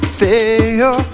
fail